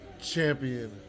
champion